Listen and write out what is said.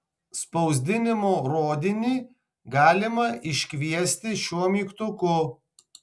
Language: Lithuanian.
spausdinimo rodinį galima iškviesti šiuo mygtuku